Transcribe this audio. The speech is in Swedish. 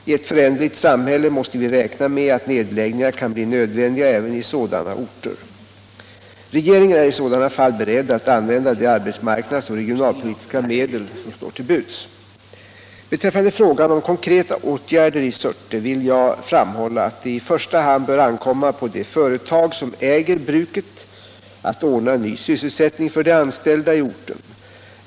I ett föränderligt samhälle måste vi räkna med att nedläggningar kan bli nödvändiga även i sådana orter. Regeringen är i sådana fall beredd att använda de arbetsmarknadsoch regionalpolitiska medel som står till buds. Beträffande frågan om konkreta åtgärder i Surte vill jag framhålla att det i första hand bör ankomma på det företag som äger bruket att ordna ny sysselsättning för de anställda i orten.